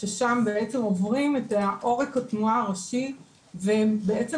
ששם בעצם עוברים את עורק התנועה הראשי והם בעצם